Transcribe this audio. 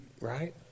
right